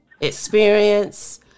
experience